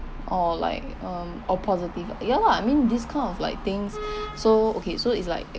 or like um oh positive ah ya lah I mean this kind of like things so okay so it's like